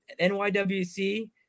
NYWC